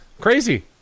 Crazy